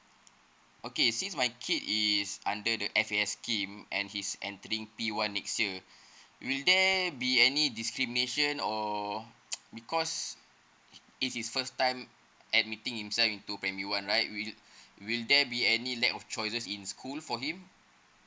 okay since my kids is under the F_A_S scheme and he's entering P one next year will there be any discrimination or because it's his first time admitting himself into primary one right we~ will there be any lack of choices for him